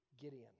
Gideon